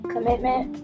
Commitment